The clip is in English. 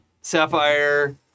Sapphire